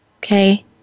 okay